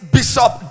Bishop